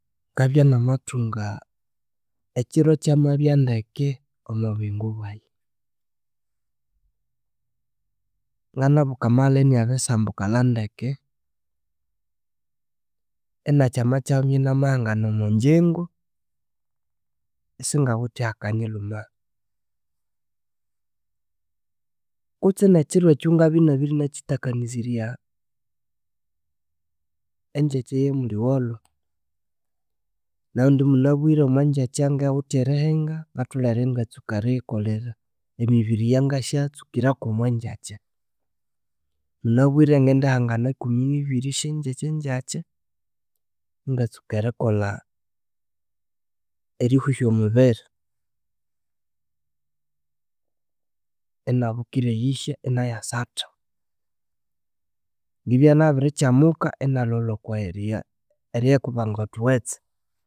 Ngabya namathunga ekiro kyamabya ndeke omobuyingo bwayi. Nganabuka amaghalha inabirisambukalha ndeke inakyamakyabya namahanga omugyingo isingawithe ahakanyilhuma. Kutsi nekyiro ekyo ngabya inabirinakyitakanizirya engyakya yamuliwolho namabuwaindi munabire omwagyakya ngawithe erihinga ngatholere ingatsuka eriyikolera emibiri eyangisyatsukirako omwagyakya. Munabire ngidihangana kumi nibiri esyengyakya gyakya ingatsuka erikolha, erihuhya omubiri. Inabukira eyihya inayasatha ngibya nabirikyamuka inalholha okwerya eriyikubanga othuwetse